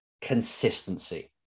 consistency